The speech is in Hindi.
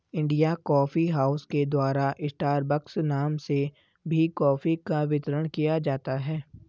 इंडिया कॉफी हाउस के द्वारा स्टारबक्स नाम से भी कॉफी का वितरण किया जाता है